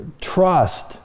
Trust